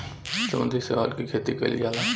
समुद्री शैवाल के खेती कईल जाला